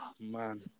man